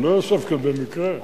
הוא לא יושב כאן במקרה.